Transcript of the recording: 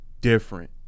different